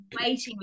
waiting